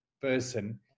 person